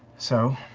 so,